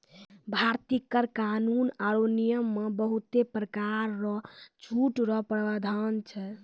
भारतीय कर कानून आरो नियम मे बहुते परकार रो छूट रो प्रावधान छै